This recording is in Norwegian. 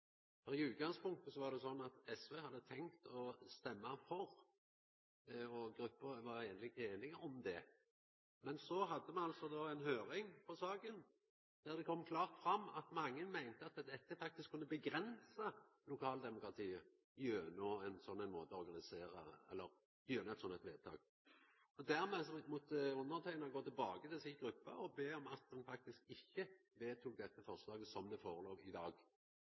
I utgangspunktet var det sånn at SV hadde tenkt å stemma for, og gruppa var eigentleg einig om det. Men så hadde me ei høyring om saka der det kom klart fram at mange meinte at ein faktisk kunne avgrensa lokaldemokratiet gjennom eit sånt vedtak. Dermed måtte underteikna gå tilbake til si gruppe og be om at me faktisk ikkje vedtok dette forslaget som det ligg føre i dag